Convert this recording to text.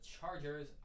Chargers